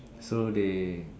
so they